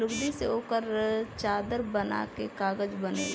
लुगदी से ओकर चादर बना के कागज बनेला